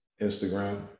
Instagram